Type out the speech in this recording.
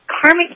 karmic